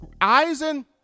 Eisen